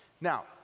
Now